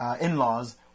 in-laws